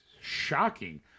shocking